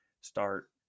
start